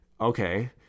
Okay